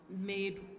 made